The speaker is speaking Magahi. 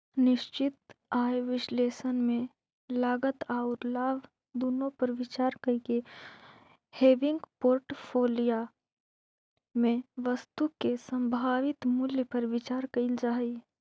निश्चित आय विश्लेषण में लागत औउर लाभ दुनो पर विचार कईके हेविंग पोर्टफोलिया में वस्तु के संभावित मूल्य पर विचार कईल जा हई